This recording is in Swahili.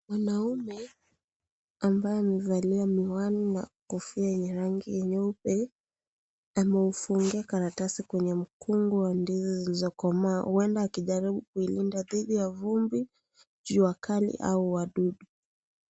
Mwanaume ambaye amevalia miwani na kofia yenye rangi ya nyeupe. Ameifungia karatasi kwenye mkungu wa ndizi zilizokomaa. Huenda akijaribu kuilinda dhidi ya vumbi, jua kali au wadudu.